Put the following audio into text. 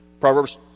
Proverbs